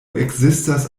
ekzistas